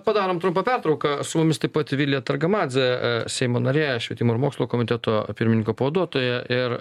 padarom trumpą pertrauką su mumis taip pat vilija targamadzė seimo narė švietimo ir mokslo komiteto pirmininko pavaduotoja ir